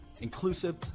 inclusive